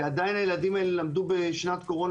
כי עדיין הילדים האלה למדו בשנת קורונה,